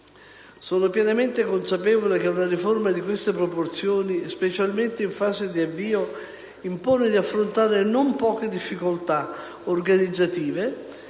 sono pienamente consapevole che una riforma di queste proporzioni, specialmente in fase di avvio, impone di affrontare non poche difficoltà organizzative,